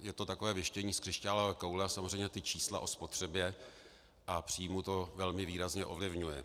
Je to takové věštění z křišťálové koule a samozřejmě ta čísla o spotřebě a příjmu to velmi výrazně ovlivňuje.